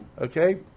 Okay